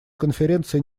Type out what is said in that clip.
конференции